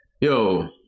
Yo